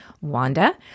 Wanda